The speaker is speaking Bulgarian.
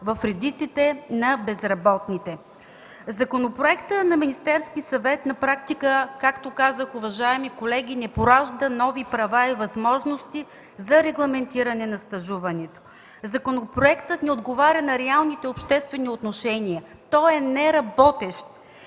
в редиците на безработните. Законопроектът на Министерския съвет на практика, както казах, уважаеми колеги, не поражда нови права и възможности за регламентиране на стажуването. Законопроектът не отговаря на реалните обществени отношения. Той е неработещ,